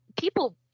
people